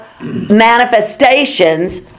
manifestations